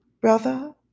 Brother